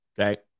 Okay